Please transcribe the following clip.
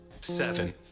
Seven